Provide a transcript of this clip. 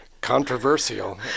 Controversial